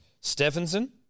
Stephenson